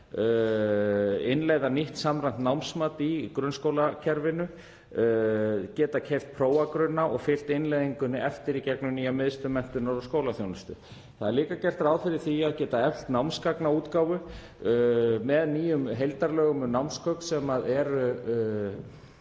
innleiða nýtt samræmt námsmat í grunnskólakerfinu, til að geta keypt prófagrunna og fylgt innleiðingunni eftir í gegnum nýja Miðstöð menntunar og skólaþjónustu. Það er líka gert ráð fyrir því að geta eflt námsgagnaútgáfu með nýjum heildarlögum um námsgögn sem eru